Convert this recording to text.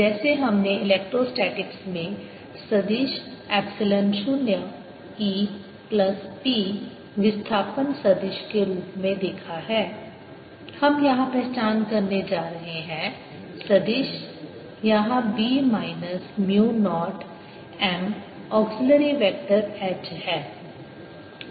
जैसे हमने इलेक्ट्रोस्टैटिक्स में सदिश एप्सिलॉन शून्य E प्लस P विस्थापन सदिश के रूप में देखा है हम यहां पहचान करने जा रहे हैं सदिश यहां B minus mu naught M auxiliary vector H है